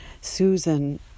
Susan